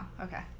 okay